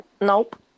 Nope